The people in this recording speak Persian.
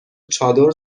چادر